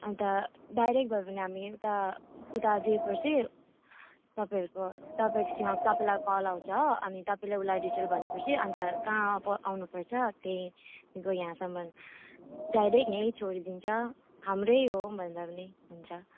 अन्त डाइरेक्ट भयो भने हामी उता उता दिएपछि तपाईँहरूको तपाईँसँग तपाईँलाई कल आउँछ हो अनि तपाईँले उसलाई डिटेल भनेपछि अन्त कहाँ अब आउनुपर्छ त्यही यहाँसम्म डाइरेक्ट यहीँ छोडिदिन्छ हाम्रै हो भन्दा पनि हुन्छ